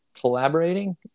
collaborating –